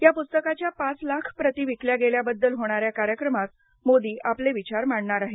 ह्या पुस्तकाच्या पाच लाख प्रती विकल्या गेल्याबद्दल होणाऱ्या कार्यक्रमात मोदी आपले विचार मांडणार आहेत